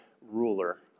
ruler